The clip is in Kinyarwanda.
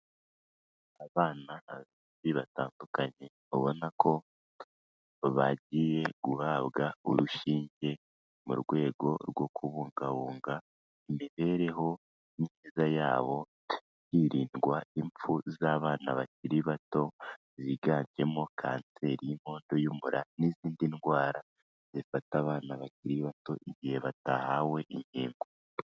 Abana batandukanye ubona ko bagiye guhabwa urushinge mu rwego rwo kubungabunga imibereho myiza yabo hirindwa impfu z'abana bakiri bato ziganjemo kanseri y'inkondo y'umura n'izindi ndwara zifata abana bakiri bato igihe batahawe inkingo.